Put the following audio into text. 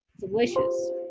delicious